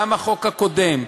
גם החוק הקודם,